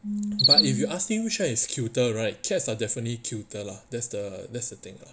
but if you ask me which one is cuter right cats are definitely cuter lah that's the that's the thing ah